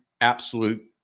absolute